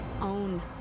own